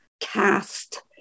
cast